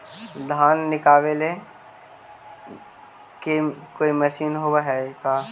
धान निकालबे के कोई मशीन होब है का?